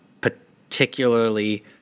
particularly